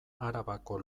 arabako